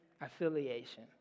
affiliation